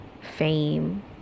fame